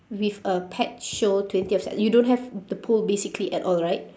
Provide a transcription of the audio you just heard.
with a pet show twentieth si~ you don't have the pole basically at all right